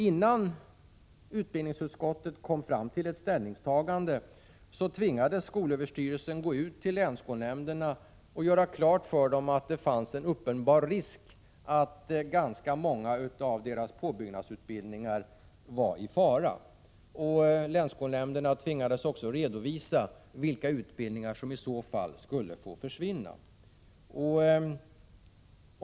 Innan utbildningsutskottet kom fram till ett ställningstagande tvingades skolöverstyrelsen gå ut till länsskolnämnderna och göra klart för dem att det fanns en uppenbar risk för att ganska många av deras påbyggnadsutbildningar var i fara. Länsskolnämnderna tvingades också redovisa vilka utbildningar som i så fall skulle få försvinna.